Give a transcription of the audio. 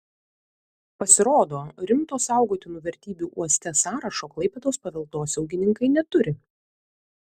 pasirodo rimto saugotinų vertybių uoste sąrašo klaipėdos paveldosaugininkai neturi